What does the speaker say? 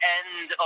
end